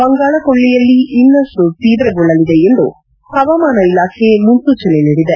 ಬಂಗಾಳಕೊಳ್ಳಯಲ್ಲಿ ಇನ್ನಷ್ಟು ತೀವ್ರಗೊಳ್ಳಲಿದೆ ಎಂದು ಹವಾಮಾನ ಇಲಾಖೆ ಮುನ್ಸೂಚನೆ ನೀಡಿದೆ